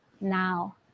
now